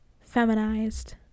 feminized